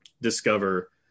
discover